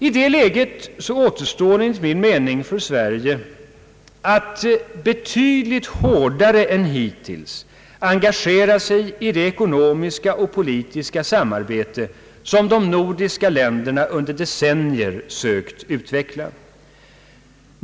I detta läge återstår enligt min mening för Sverige att betydligt hårdare än hittills engagera sig i det ekonomiska och politiska samarbete som de nordiska länderna under decennier sökt utveckla.